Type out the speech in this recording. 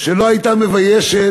שלא הייתה מביישת